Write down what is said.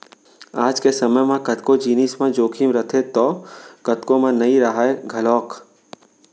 आज के समे म कतको जिनिस म जोखिम रथे तौ कतको म नइ राहय घलौक